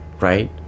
right